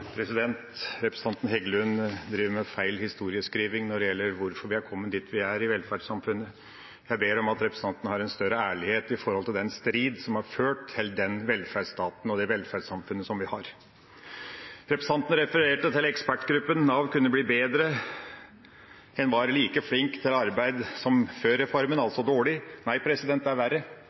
i velferdssamfunnet. Jeg ber om at representanten har større ærlighet om den striden som har ført til den velferdsstaten og det velferdssamfunnet som vi har. Representanten refererte til ekspertgruppen, Nav kunne bli bedre, en var like flink til å få folk i arbeid som før reformen, altså dårlig. Nei, det er verre.